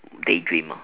daydream ah